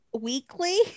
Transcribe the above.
weekly